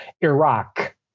Iraq